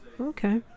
Okay